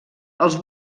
els